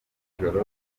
nijoro